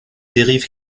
dérive